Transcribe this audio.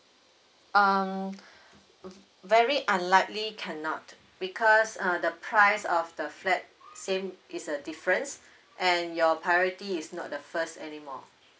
um very unlikely cannot because uh the price of the flat same is a difference and your priority is not the first anymore